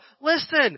Listen